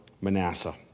Manasseh